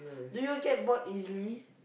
do you get bored easily